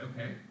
okay